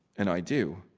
and i do.